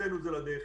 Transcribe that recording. הוצאנו את זה לדרך.